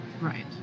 Right